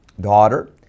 daughter